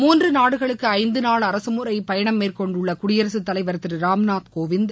மூன்று நாடுகளுக்கு ஐந்து நாள் அரசமுறைப் பயணம் மேற்கொண்டுள்ள குடியரசுத் தலைவர் திரு ராம்நாத் கோவிந்த்